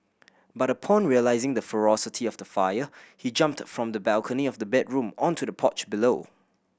but upon realising the ferocity of the fire he jumped from the balcony of the bedroom onto the porch below